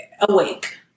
awake